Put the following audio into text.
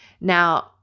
Now